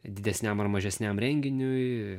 didesniam ar mažesniam renginiui